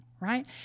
right